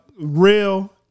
real